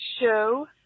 show